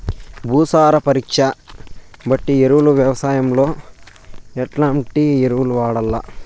భూసార పరీక్ష బట్టి ఎరువులు వ్యవసాయంలో ఎట్లాంటి ఎరువులు వాడల్ల?